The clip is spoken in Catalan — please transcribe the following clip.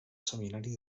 seminari